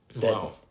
Wow